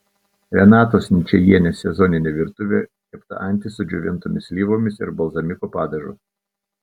renatos ničajienės sezoninė virtuvė kepta antis su džiovintomis slyvomis ir balzamiko padažu